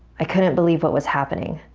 i couldn't believe what was happening.